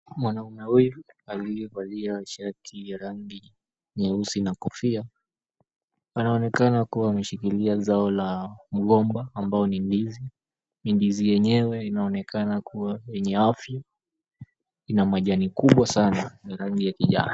Mwanaume huyu aliyevalia shati la rangi ya nyeusi na kofia anaonekana kuwa ameshikilia zao la mgomba ambao ni ndizi. Ndizi yenyewe inaonekana kuwa yenye afya. Lina majani kubwa sana ya rangi ya kijani.